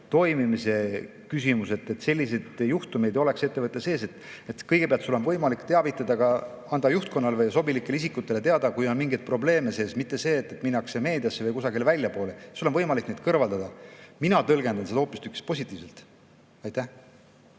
toimimise küsimus, et selliseid juhtumeid ei oleks ettevõtte sees. Kõigepealt sul on võimalik teavitada, anda juhtkonnale või sobilikele isikutele teada, kui on mingeid probleeme, mitte et minnakse meediasse või kusagile väljapoole. Sul on võimalik need probleemid kõrvaldada. Mina tõlgendan seda hoopistükkis positiivselt. Aitäh!